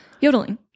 yodeling